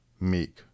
meek